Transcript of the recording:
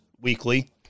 weekly